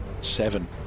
Seven